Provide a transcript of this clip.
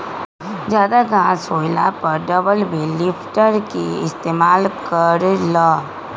जादा घास होएला पर डबल बेल लिफ्टर के इस्तेमाल कर ल